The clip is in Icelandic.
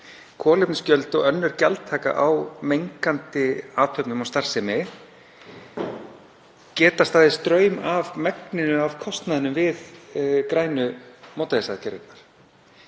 Kolefnisgjöld og önnur gjaldtaka á mengandi athafnir og starfsemi getur staðið straum af megninu af kostnaðinum við grænu mótvægisaðgerðirnar.